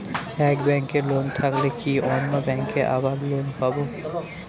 এক ব্যাঙ্কে লোন থাকলে কি অন্য ব্যাঙ্কে আবার লোন পাব?